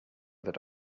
other